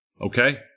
Okay